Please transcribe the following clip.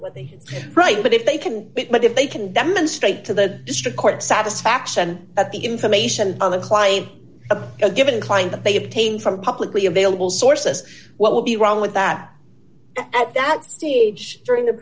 what they have right but if they can but if they can demonstrate to the district court satisfaction at the information on the claim of a given claim that they obtain from publicly available sources what would be wrong with that at that stage during the